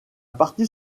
partie